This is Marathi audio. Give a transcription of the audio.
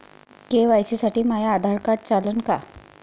के.वाय.सी साठी माह्य आधार कार्ड चालन का?